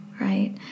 right